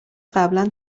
قبلا